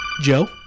Joe